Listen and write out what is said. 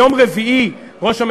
יושב-ראש הכנסת יולי אדלשטיין,